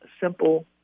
simple